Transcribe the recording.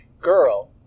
girl